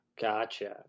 gotcha